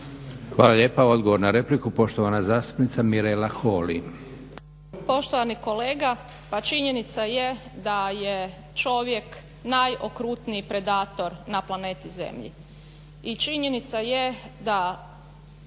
Hvala lijepa. Odgovor na repliku poštovana zastupnica Mirela Holy.